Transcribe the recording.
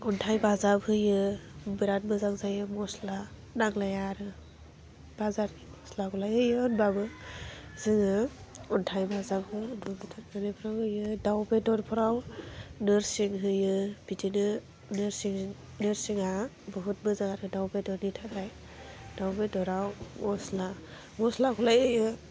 अन्थाइ बाजाब होयो बिराद मोजां जायो मस्ला नांलाया आरो बाजार मस्लाखौलाय होयो होनबाबो जोङो अन्थाइ बाजाबखौ एम्बु बेदरफ्राव होयो दाउ बेदरफ्राव नोरसिं होयो बिदिनो नोरसिं नोरसिङा बहुत मोजां आरो दाउ बेदरनि थाखाय दाउ बेदराव मस्ला मस्लाखौलाय होयो